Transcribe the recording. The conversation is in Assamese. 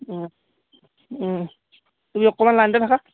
তুমি অকণমান লাইনতে থাকা